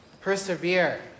Persevere